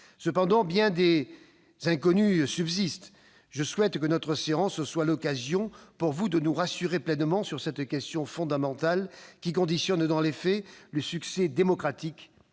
Cependant, bien des inconnues subsistent. Je souhaite que notre séance soit l'occasion pour vous de nous rassurer pleinement sur cette question fondamentale, qui conditionne, dans les faits, le succès démocratique